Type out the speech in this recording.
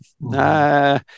Nah